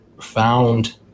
found